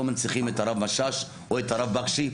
מנציחים את הרב משאש או את הרב בקשי.